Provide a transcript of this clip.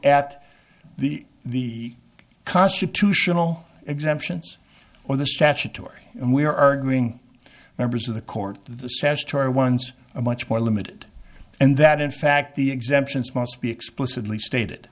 at the the constitutional exemptions or the statutory and we are going members of the court the statutory ones a much more limited and that in fact the exemptions must be explicitly stated